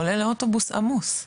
עולה לאוטובוס עמוס.